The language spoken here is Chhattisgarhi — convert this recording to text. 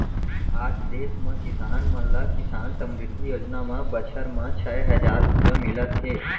आज देस म किसान मन ल किसान समृद्धि योजना म बछर म छै हजार रूपिया मिलत हे